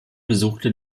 besuchte